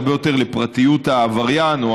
הרבה יותר לפרטיות העבריין או